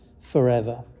forever